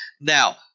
Now